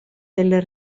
del